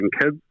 kids